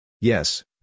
Yes